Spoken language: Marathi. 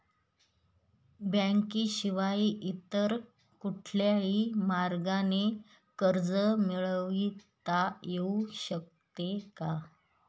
बँकेशिवाय इतर कुठल्या मार्गाने कर्ज मिळविता येऊ शकते का?